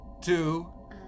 two